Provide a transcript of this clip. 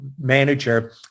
manager